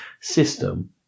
system